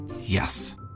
Yes